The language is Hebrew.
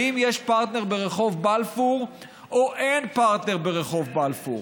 האם יש פרטנר ברחוב בלפור או אין פרטנר ברחוב בלפור?